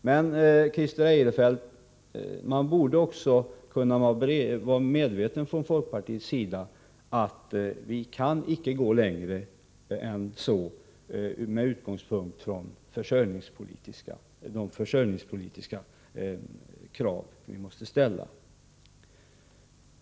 Men, Christer Eirefelt, man borde också kunna vara medveten om från folkpartiets sida att vi inte kan gå längre än så, med utgångspunkt i de försörjningspolitiska krav som vi måste ställa.